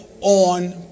on